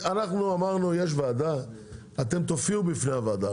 אנחנו אמרנו שיש ועדה ואתם תופיעו בפני הוועדה,